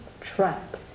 trap